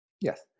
Yes